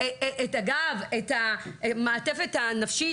את המעטפת הנפשית,